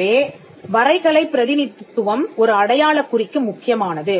எனவே வரைகலை பிரதிநிதித்துவம் ஒரு அடையாளக் குறிக்கு முக்கியமானது